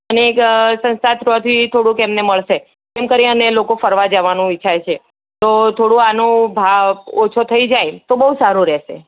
અને જે એ સંસ્થા તરફથી એમને મળશે એમ કરીને એ લોકો ફરવા જવાનું વિચારે છે થોડું આનું ઓછું થયું જાય તો બહુ સારું રહેશે